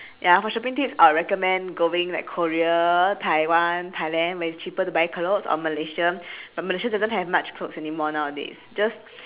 ya for shopping tips I will recommend going like korea Ttaiwan Tthailand where it's cheaper to buy clothes or malaysia but malaysia doesn't have much clothes anymore nowadays just